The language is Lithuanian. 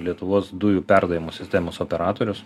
lietuvos dujų perdavimo sistemos operatorius